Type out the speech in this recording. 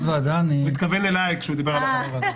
הוא התכוון אליי כשהוא דיבר על מי שלא חבר ועדה.